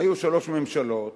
היו שלוש ממשלות